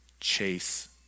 Chase